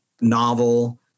novel